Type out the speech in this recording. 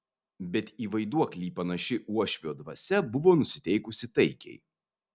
bet į vaiduoklį panaši uošvio dvasia buvo nusiteikusi taikiai